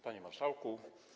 Panie Marszałku!